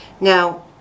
Now